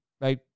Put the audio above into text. right